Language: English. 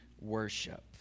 worship